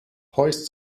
hoist